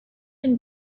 and